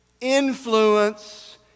influence